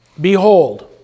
Behold